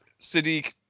Sadiq